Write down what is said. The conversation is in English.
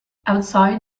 outside